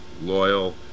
Loyal